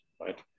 right